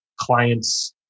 clients